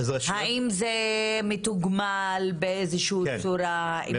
האם זה מתוגמל באיזושהי צורה?